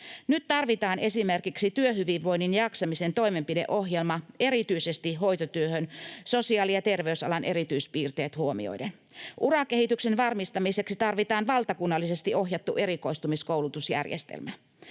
Nyt tarvitaan esimerkiksi työhyvinvoinnin ja jaksamisen toimenpideohjelma erityisesti hoitotyöhön sosiaali‑ ja terveysalan erityispiirteet huomioiden. Urakehityksen varmistamiseksi tarvitaan valtakunnallisesti ohjattu erikoistumiskoulutusjärjestelmä.